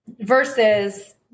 versus